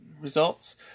results